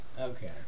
Okay